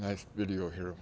nice video here